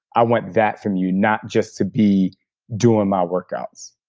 i want that from you, not just to be doing my workouts.